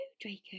Draco